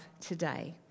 today